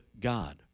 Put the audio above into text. God